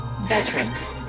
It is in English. Veterans